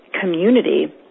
community